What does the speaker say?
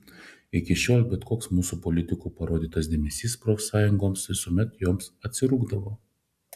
iki šiol bet koks mūsų politikų parodytas dėmesys profsąjungoms visuomet joms atsirūgdavo